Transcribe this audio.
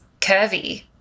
curvy